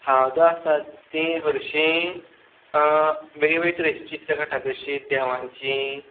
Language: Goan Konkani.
हांव जो आसा तीं हरशीं वेगळीं वेगळीं तरेचीं चित्रां काडटा जशीं देवांचीं